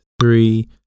three